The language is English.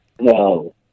No